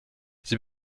sie